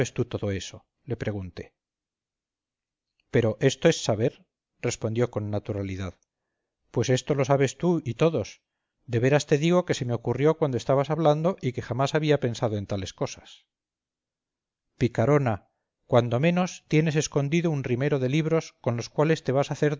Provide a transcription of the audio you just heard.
todo eso le pregunté pero esto es saber respondió con naturalidad pues esto lo sabes tú y todos de veras te digo que se me ocurrió cuando estabas hablando y que jamás había pensado en tales cosas picarona cuando menos tienes escondido un rimero de libros con los cuales te vas a hacer